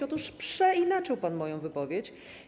Otóż przeinaczył pan moją wypowiedź.